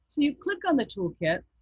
and you click on the toolkit.